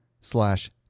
slash